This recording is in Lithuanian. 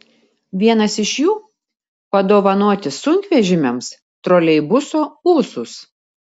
vienas iš jų padovanoti sunkvežimiams troleibuso ūsus